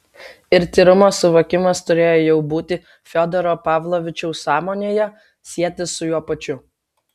ir tyrumo suvokimas turėjo jau būti fiodoro pavlovičiaus sąmonėje sietis su juo pačiu